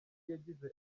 yagize